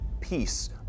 peace